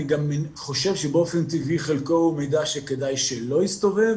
אני גם חושב שבאופן טבעי חלקו הוא מידע שכדאי שלא יסתובב,